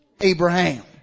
Abraham